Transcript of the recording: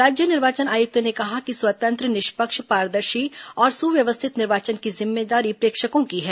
राज्य निर्वाचन आयुक्त ने कहा कि स्वंतत्र निष्पक्ष पारदर्शी और सुव्यवस्थित निर्वाचन की जिम्मेदारी प्रेक्षकों की है